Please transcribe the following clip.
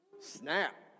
Snap